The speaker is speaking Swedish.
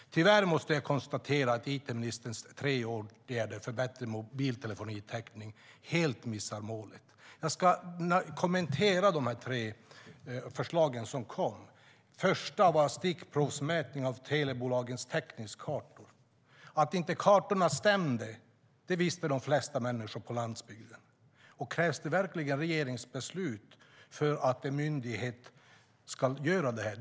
Tyvärr måste jag konstatera att it-ministerns tre åtgärder för bättre motiltelefonitäckning helt missar målet. Jag ska kommentera de tre förslagen. Det första förslaget var stickprovsmätning av telebolagens täckningskartor. Att inte kartorna stämde visste de flesta människor på landsbygden. Krävs det verkligen regeringsbeslut för att en myndighet ska göra stickprov?